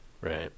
right